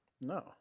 No